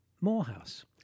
Morehouse